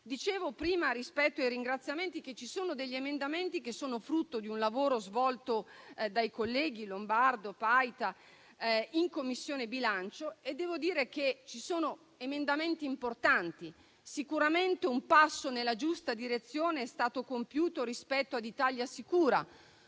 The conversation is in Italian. Con riferimento ai ringraziamenti, dicevo prima che ci sono emendamenti frutto di un lavoro svolto dai colleghi Lombardo e Paita in Commissione bilancio e aggiungo che ci sono emendamenti importanti. Sicuramente un passo nella giusta direzione è stato compiuto rispetto a Italia Sicura,